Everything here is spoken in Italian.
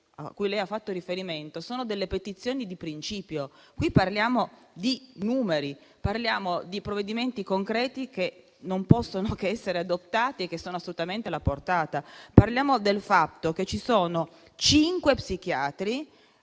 cui lei ha fatto riferimento sono delle petizioni di principio. Qui parliamo di numeri, di provvedimenti concreti che non possono che essere adottati e che sono assolutamente alla portata. Parliamo del fatto che ci sono cinque psichiatri